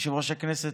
יושב-ראש הכנסת,